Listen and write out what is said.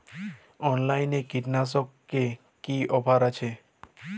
অনলাইনে কীটনাশকে কি অফার আছে?